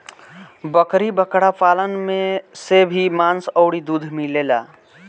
बकरी बकरा पालन से भी मांस अउरी दूध मिलेला